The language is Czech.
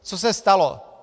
Co se stalo?